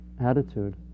attitude